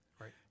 Right